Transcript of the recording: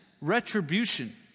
retribution